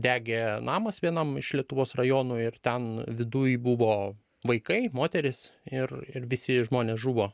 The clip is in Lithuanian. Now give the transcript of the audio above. degė namas vienam iš lietuvos rajonų ir ten viduj buvo vaikai moterys ir ir visi žmonės žuvo